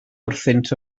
wrthynt